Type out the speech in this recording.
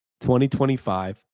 2025